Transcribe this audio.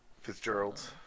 Fitzgerald's